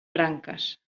branques